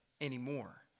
anymore